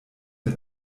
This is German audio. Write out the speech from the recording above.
mit